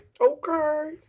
Okay